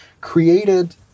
created